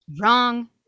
Wrong